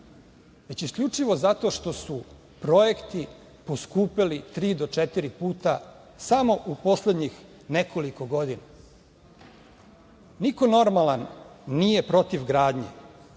već isključivo zato što su projekti poskupeli tri do četiri puta samo u poslednjih nekoliko godina. Niko normalan nije protiv gradnje,